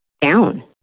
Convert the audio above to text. down